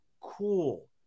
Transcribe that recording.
cool